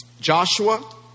Joshua